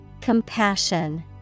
Compassion